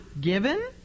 given